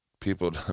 people